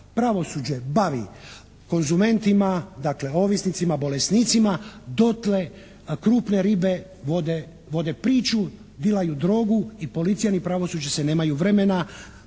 pravosuđe bavi konzumentima, dakle ovisnicima, bolesnicima, dotle krupne ribe vode priču, dilaju drogu i policija ni pravosuđe se nemaju vremena